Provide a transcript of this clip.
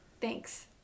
Thanks